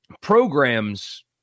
programs